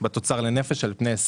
בתוצר לנפש.